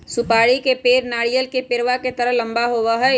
सुपारी के पेड़ नारियल के पेड़वा के तरह लंबा होबा हई